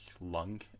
lung